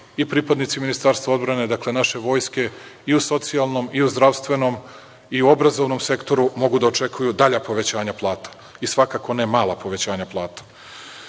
i pripadnici ministarstva odbrane, dakle, naše vojske, i u socijalnom i u zdravstvenom i u obrazovnom sektoru mogu da očekuju dalja povećanja plata i svakako ne mala povećanja